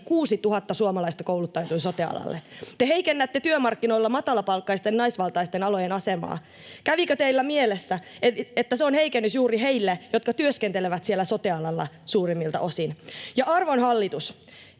yli 6 000 suomalaista kouluttautui sote-alalle. Te heikennätte työmarkkinoilla matalapalkkaisten naisvaltaisten alojen asemaa. Kävikö teillä mielessä, että se on heikennys juuri heille, jotka työskentelevät siellä sote-alalla suurimmilta osin? Arvon hallitus,